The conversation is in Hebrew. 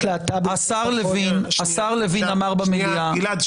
להט"בים --- השר לוין אמר במליאה --- גלעד,